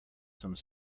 some